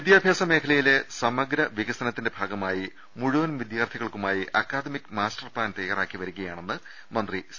വിദ്യാഭ്യാസ മേഖലയിലെ സമഗ്രവികസനത്തിന്റെ ഭാഗമായി മുഴുവൻ വിദ്യാർഥികൾക്കുമായി അക്കാദമിക് മാസ്റ്റർപ്ലാൻ തയാറാക്കി വരികയാണെന്ന് മന്ത്രി സി